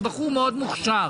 הוא בחור מאוד מוכשר.